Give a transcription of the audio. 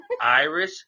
Irish